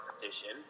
competition